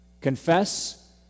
Confess